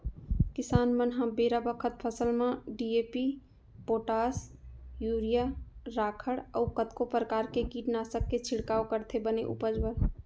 किसान मन ह बेरा बखत फसल म डी.ए.पी, पोटास, यूरिया, राखड़ अउ कतको परकार के कीटनासक के छिड़काव करथे बने उपज बर